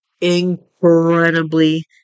incredibly